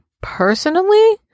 Personally